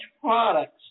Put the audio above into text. products